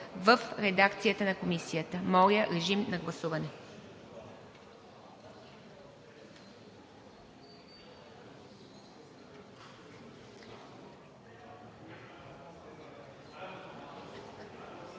в редакцията на Комисията. Моля, режим на гласуване.